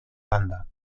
banda